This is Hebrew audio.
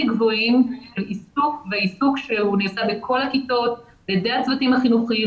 גבוהים לעיסוק שנעשה בכל הכיתות בידי הצוותים החינוכיים.